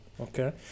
okay